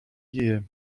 year